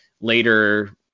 later